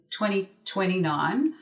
2029